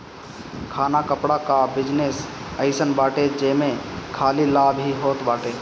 खाना कपड़ा कअ बिजनेस अइसन बाटे जेमे खाली लाभ ही होत बाटे